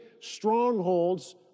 strongholds